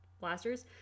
blasters